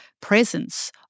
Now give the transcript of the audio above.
presence